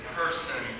person